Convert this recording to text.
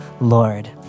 Lord